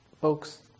folks